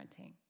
parenting